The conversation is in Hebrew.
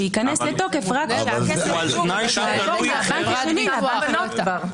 שייכנס לתוקף רק אם הכסף יעבור מהבנק השני --- לפי